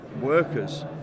workers